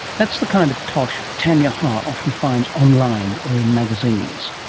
that's the kind of tosh tanya ha often finds online or in magazines.